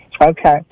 Okay